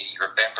remember